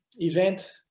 event